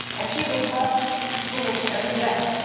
and she was bused to school every day.